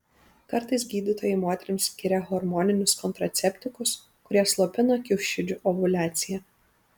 kartais gydytojai moterims skiria hormoninius kontraceptikus kurie slopina kiaušidžių ovuliaciją